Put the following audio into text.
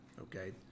okay